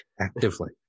actively